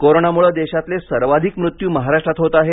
कोरोनामुळे देशातले सर्वाधिक मृत्यू महाराष्ट्रात होत आहेत